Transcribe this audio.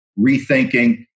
rethinking